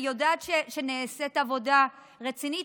אני יודעת שנעשית עבודה רצינית,